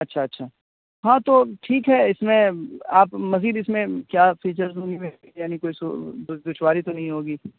اچھا اچھا ہاں تو ٹھیک ہے اس میں آپ مزید اس میں کیا فیچر یعنی کوئی سو دشواری تو نہیں ہوگی